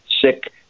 sick